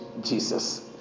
Jesus